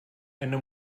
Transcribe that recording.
eine